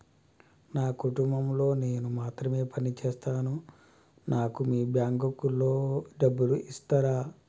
నా కుటుంబం లో నేను మాత్రమే పని చేస్తాను నాకు మీ బ్యాంకు లో డబ్బులు ఇస్తరా?